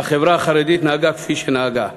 והחברה החרדית נהגה כפי שנהגה.